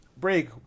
break